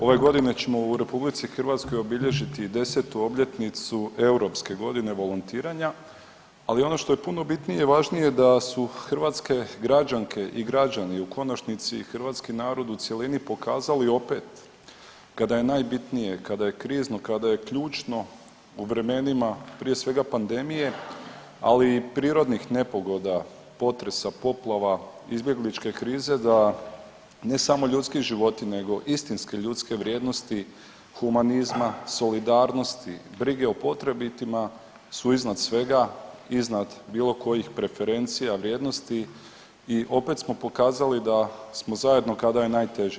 Ove godine ćemo u RH obilježiti 10. obljetnicu europske godine volontiranja, ali ono što je puno bitnije i važnije da su hrvatske građanke i građani u konačnici i hrvatski narod u cjelini pokazali opet kada je najbitnije, kada je krizno, kada je ključno u vremenima, prije svega pandemije, ali i prirodnih nepogoda potresa, poplava, izbjegličke krize da ne samo ljudski životi nego istinske ljudske vrijednosti humanizma, solidarnosti, brige o potrebitima su iznad svega, iznad bilo kojih preferencija vrijednosti i opet smo pokazali da smo zajedno kada je najteže.